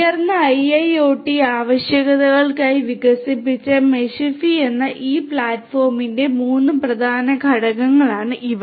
ഉയർന്ന IIoT ആവശ്യകതകൾക്കായി വികസിപ്പിച്ച മെഷിഫി എന്ന ഈ പ്ലാറ്റ്ഫോമിന്റെ മൂന്ന് പ്രധാന ഘടകങ്ങളാണ് ഇവ